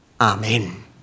Amen